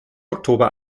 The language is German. oktober